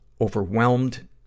overwhelmed